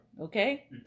Okay